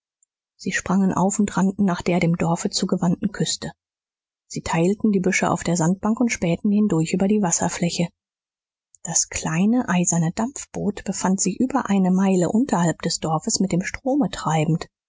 sie sprangen auf und rannten nach der dem dorfe zugewandten küste sie teilten die büsche auf der sandbank und spähten hindurch über die wasserfläche das kleine eiserne dampfboot befand sich über eine meile unterhalb des dorfes mit dem strome treibend